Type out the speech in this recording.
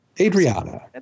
Adriana